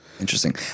Interesting